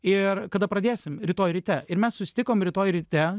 ir kada pradėsim rytoj ryte ir mes susitikom rytoj ryte